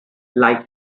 like